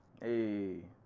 Hey